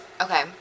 Okay